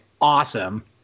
awesome